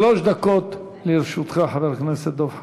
שלוש דקות לרשותך, חבר הכנסת דב חנין.